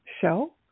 show